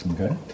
Okay